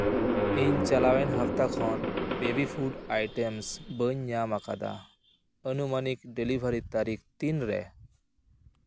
ᱤᱧ ᱪᱟᱞᱟᱣᱮᱱ ᱦᱟᱯᱛᱟ ᱠᱷᱚᱱ ᱵᱮᱵᱤ ᱯᱷᱩᱰ ᱟᱭᱴᱮᱢᱥ ᱵᱟᱹᱧ ᱧᱟᱢ ᱟᱠᱟᱫᱟ ᱟᱹᱱᱩᱢᱟᱹᱱᱤᱠ ᱰᱮᱞᱤᱵᱷᱟᱨᱤ ᱛᱟᱹᱨᱤᱠᱷ ᱛᱤᱱᱨᱮ